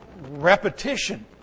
repetition